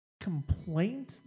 complaint